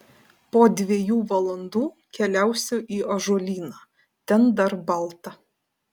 po dviejų valandų keliausiu į ąžuolyną ten dar balta